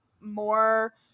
more